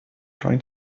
trying